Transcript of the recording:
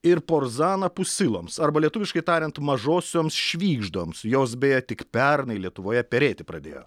ir porzana pusiloms arba lietuviškai tariant mažosioms švygždoms jos beje tik pernai lietuvoje perėti pradėjo